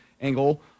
angle